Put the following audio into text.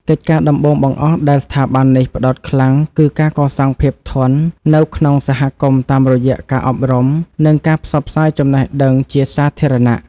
កិច្ចការដំបូងបង្អស់ដែលស្ថាប័ននេះផ្ដោតខ្លាំង គឺការកសាងភាពធន់នៅក្នុងសហគមន៍តាមរយៈការអប់រំ និងការផ្សព្វផ្សាយចំណេះដឹងជាសាធារណៈ។